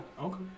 Okay